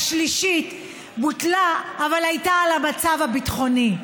השלישית בוטלה אבל הייתה על המצב הביטחוני.